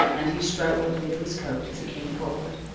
and he struggled into his coat as he came forward,